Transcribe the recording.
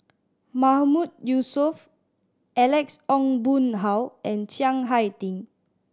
Mahmood Yusof Alex Ong Boon Hau and Chiang Hai Ding